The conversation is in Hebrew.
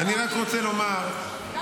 אני רק רוצה לומר --- אנחנו ממהרים.